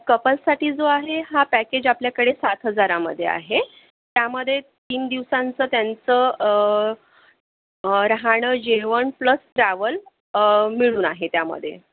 कपल्ससाठी जो आहे हा पॅकेज आपल्याकडे सात हजारामध्ये आहे त्यामध्ये तीन दिवसांचं त्यांचं राहणं जेवण प्लस ट्रॅव्हल मिळून आहे त्यामध्ये